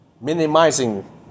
minimizing